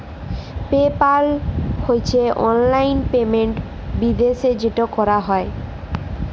pay পাল হছে অললাইল payment বিদ্যাশে যেট ক্যরা হ্যয়